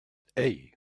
hey